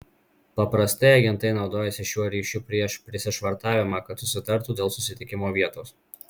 paprastai agentai naudojasi šiuo ryšiu prieš prisišvartavimą kad susitartų dėl susitikimo vietos